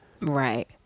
Right